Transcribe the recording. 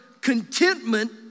contentment